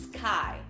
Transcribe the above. Sky